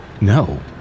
No